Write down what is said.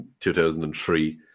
2003